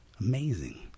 Amazing